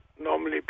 normally